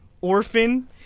Orphan